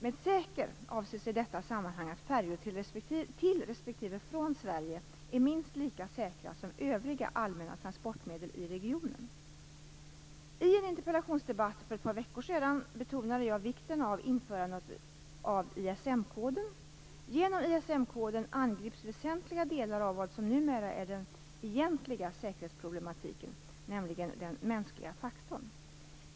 Med säker avses i detta sammanhang att färjor till respektive från Sverige är minst lika säkra som övriga allmänna transportmedel i regionen. I en interpellationsdebatt för ett par veckor sedan betonade jag vikten av införandet av ISM-koden. Genom ISM-koden angrips väsentliga delar av vad som numera är den egentliga säkerhetsproblematiken, nämligen den mänskliga faktorn.